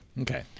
Okay